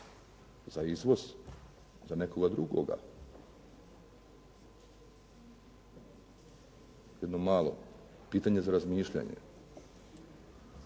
Za izvoz? Za nekoga drugoga? Jedno malo pitanje za razmišljanje.